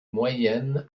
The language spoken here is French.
moyenne